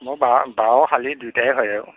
মোৰ বাও বাও শালি দুয়োটাই হয় আৰু